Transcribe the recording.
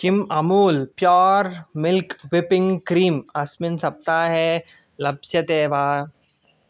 किं Amul pure milk whipping cream अस्मिन् सप्ताहे लप्स्यते वा